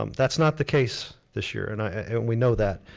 um that's not the case this year, and i mean we know that,